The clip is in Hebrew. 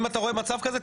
אם אתה רואה מצב כזה,